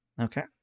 Okay